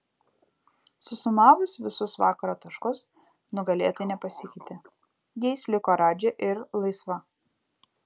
susumavus visus vakaro taškus nugalėtojai nepasikeitė jais liko radži ir laisva